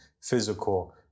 physical